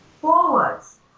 forwards